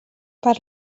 per